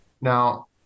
Now